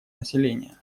населения